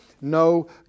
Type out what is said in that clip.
no